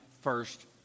first